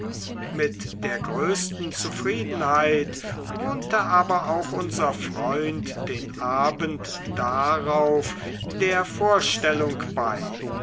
mit der größten zufriedenheit wohnte aber auch unser freund den abend darauf der vorstellung bei